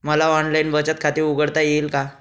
मला ऑनलाइन बचत खाते उघडता येईल का?